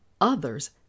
others